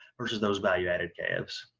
versus those value-added calves.